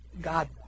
God